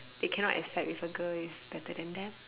they cannot accept if a girl is better than them